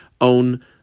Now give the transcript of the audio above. own